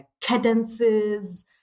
cadences